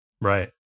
right